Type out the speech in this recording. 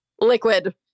liquid